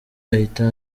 ahita